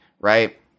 right